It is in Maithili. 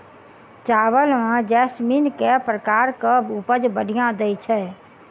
चावल म जैसमिन केँ प्रकार कऽ उपज बढ़िया दैय छै?